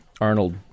Arnold